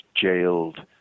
jailed